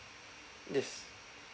yes